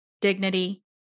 dignity